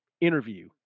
interview